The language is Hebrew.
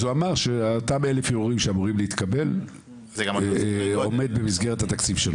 הוא אמר שאותם 1,000 ערעורים שאמורים להתקבל עומדים במסגרת התקציב שלו.